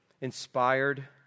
inspired